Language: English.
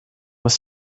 was